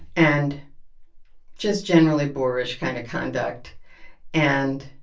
and just generally boorish kind of conduct and